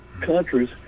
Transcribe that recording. countries